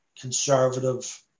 conservative